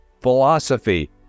Philosophy